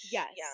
yes